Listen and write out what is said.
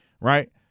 right